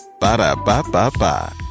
Ba-da-ba-ba-ba